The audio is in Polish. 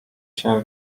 się